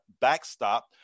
backstop